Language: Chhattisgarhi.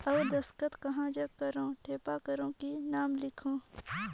अउ दस्खत कहा जग करो ठेपा करो कि नाम लिखो?